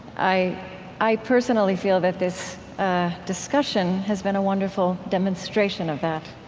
i i personally feel that this discussion has been a wonderful demonstration of that.